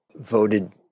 voted